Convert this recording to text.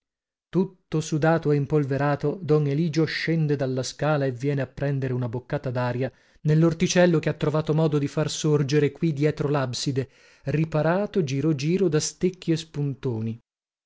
tutto sudato e impolverato don eligio scende dalla scala e viene a prendere una boccata daria nellorticello che ha trovato modo di far sorgere qui dietro labside riparato giro giro da stecchi e spuntoni